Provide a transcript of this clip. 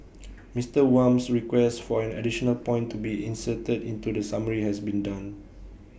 Mister Wham's request for an additional point to be inserted into the summary has been done